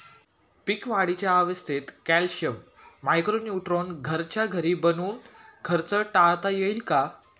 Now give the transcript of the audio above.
पीक वाढीच्या अवस्थेत calcium, micro neutron घरच्या घरी बनवून खर्च टाळता येईल का?